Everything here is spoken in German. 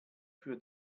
für